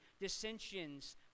dissensions